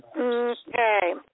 Okay